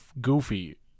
goofy